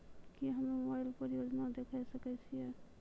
की हम्मे मोबाइल पर योजना देखय सकय छियै?